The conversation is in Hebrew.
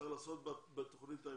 שצריך לעשות בתוכנית ההמשך?